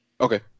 Okay